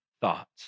thoughts